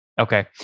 Okay